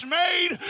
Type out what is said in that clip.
made